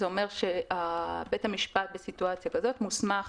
זה אומר שבית המשפט בסיטואציה כזאת מוסמך